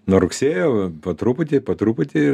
nuo rugsėjo po truputį po truputį